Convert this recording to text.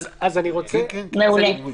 מעולה.